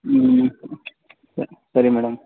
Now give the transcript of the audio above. ಹ್ಞೂ ಓಕೆ ಸರಿ ಸರಿ ಮೇಡಮ್